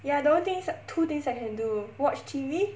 ya the one thing two things I can do watch T_V